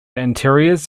interiors